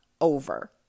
over